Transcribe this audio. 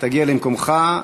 תגיע למקומך.